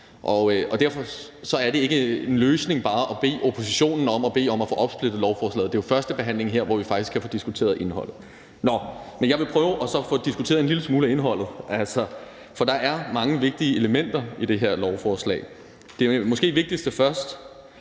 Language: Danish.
og derfor er det ikke en løsning bare at bede oppositionen om at bede om at få opsplittet lovforslaget. Det er jo under førstebehandlingen her, hvor vi faktisk kan få diskuteret indholdet. Nå, men jeg vil prøve at få diskuteret en lille smule af indholdet, for der er mange vigtige elementer i det her lovforslag. For at tage det måske vigtigste først